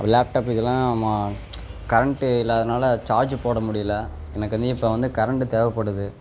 laptop இதெல்லாம் மா current இல்லாதனால் சார்ஜு போட முடியல எனக்கு வந்து இப்போ வந்து கரண்டு தேவைப்படுது